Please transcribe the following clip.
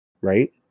Right